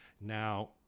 Now